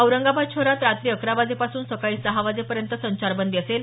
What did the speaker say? औरंगाबाद शहरात रात्री अकरा वाजेपासून सकाळी सहा वाजेपर्यंत संचारबंदी असेल